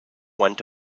went